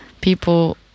people